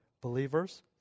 believers